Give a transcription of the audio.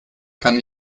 kann